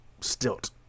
stilt